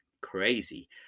crazy